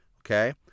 Okay